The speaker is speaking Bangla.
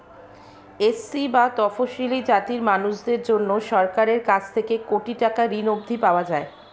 এস.সি বা তফশিলী জাতির মানুষদের জন্যে সরকারের কাছ থেকে কোটি টাকার ঋণ অবধি পাওয়া যায়